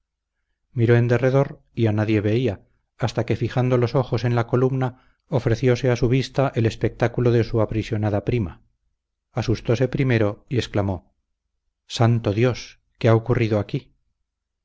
en derredor y a nadie veía hasta que fijando los ojos en la columna ofrecióse a su vista el espectáculo de su aprisionada prima asustóse primero y exclamó santo dios qué ha ocurrido aquí